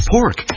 Pork